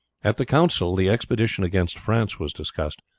at the council the expedition against france was discussed,